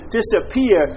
disappear